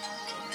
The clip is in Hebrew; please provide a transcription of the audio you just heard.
בערבית.